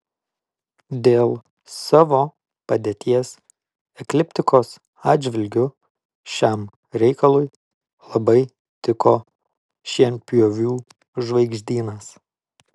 dėl savo padėties ekliptikos atžvilgiu šiam reikalui labai tiko šienpjovių žvaigždynas